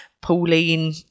pauline